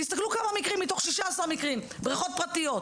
תסתכלו כמה מקרים מתוך 16 מקרים הם בבריכות פרטיות.